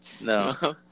No